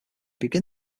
begin